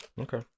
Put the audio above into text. okay